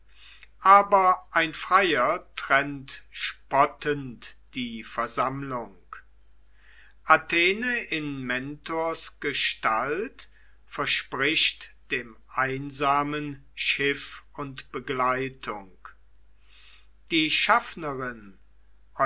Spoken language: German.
aber ein freier trennt spottend die versammlung athene in mentors gestalt verspricht dem einsamen schiff und begleitung die schaffnerin